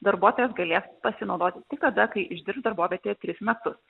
darbuotojas galės pasinaudoti tik tada kai išdirbs darbovietėje tris metus